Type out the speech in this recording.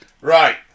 Right